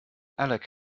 alec